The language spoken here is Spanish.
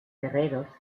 guerreros